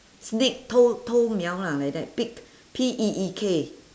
sneak 偷偷瞄：tou tou miao lah like that peek P E E K